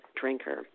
drinker